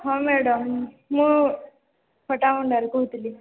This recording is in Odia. ହଁ ମ୍ୟାଡ଼ାମ୍ ମୁଁ ପଟ୍ଟାମୁଣ୍ଡାଇରୁ କହୁଥିଲି